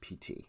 PT